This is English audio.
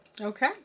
Okay